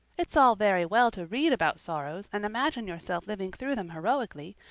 it's all very well to read about sorrows and imagine yourself living through them heroically,